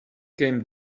came